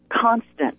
constant